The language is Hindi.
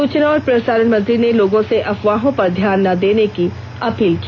सूचना और प्रसारण मंत्री ने लोगों से अफवाहों पर ध्यान न देने को भी कहा